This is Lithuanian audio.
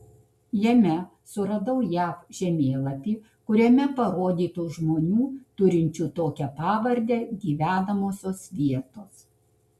jame suradau jav žemėlapį kuriame parodytos žmonių turinčių tokią pavardę gyvenamosios vietos